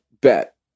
bet